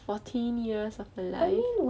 fourteen years of my life